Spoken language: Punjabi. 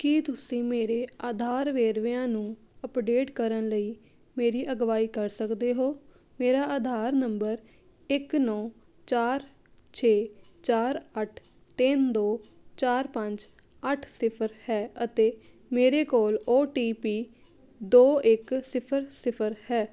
ਕੀ ਤੁਸੀਂ ਮੇਰੇ ਆਧਾਰ ਵੇਰਵਿਆਂ ਨੂੰ ਅੱਪਡੇਟ ਕਰਨ ਲਈ ਮੇਰੀ ਅਗਵਾਈ ਕਰ ਸਕਦੇ ਹੋ ਮੇਰਾ ਆਧਾਰ ਨੰਬਰ ਇੱਕ ਨੌਂ ਚਾਰ ਛੇ ਚਾਰ ਅੱਠ ਤਿੰਨ ਦੋ ਚਾਰ ਪੰਜ ਅੱਠ ਸਿਫਰ ਹੈ ਅਤੇ ਮੇਰੇ ਕੋਲ ਓ ਟੀ ਪੀ ਦੋ ਇੱਕ ਸਿਫਰ ਸਿਫਰ ਹੈ